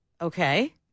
okay